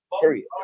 Period